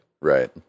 Right